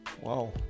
wow